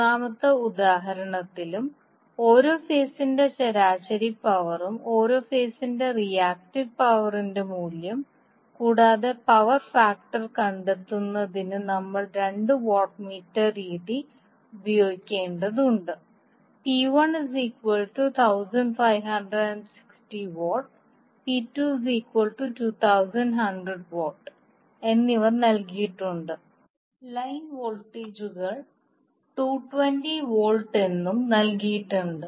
മൂന്നാമത്തെ ഉദാഹരണത്തിലും ഓരോ ഫേസിന്റെ ശരാശരി പവറും ഓരോ ഫേസിന്റെ റിയാക്ടീവ് പവറിന്റെ മൂല്യം കൂടാതെ പവർ ഫാക്ടർ കണ്ടെത്തുന്നതിന് നമ്മൾ രണ്ട് വാട്ട് മീറ്റർ രീതി ഉപയോഗിക്കേണ്ടതുണ്ട് P1 1560 W P2 2100 W എന്നിവ നൽകിയിട്ടുണ്ട് ലൈൻ വോൾട്ടേജുകൾ 220 വോൾട്ട് എന്നും നൽകിയിട്ടുണ്ട്